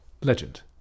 Legend